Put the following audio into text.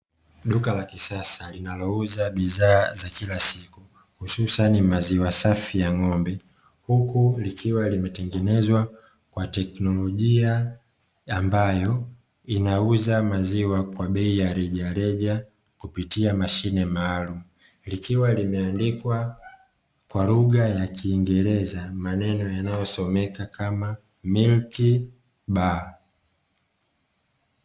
Duka la kisasa linalouza bidhaa za kila siku hususani maziwa safi ya ng'ombe, huku likiwa limetengenezwa kwa teknolojia ambayo inauza maziwa kwa bei ya rejareja kupitia mashine maalumu, likiwa limeandikwa kwa lugha ya kingereza maneno yanayosomeka kama "MILK BAR".